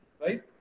Right